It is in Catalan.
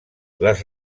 les